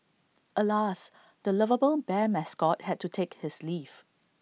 alas the lovable bear mascot had to take his leave